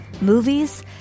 movies